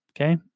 Okay